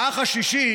האח השישי